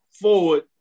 forward